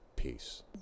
Peace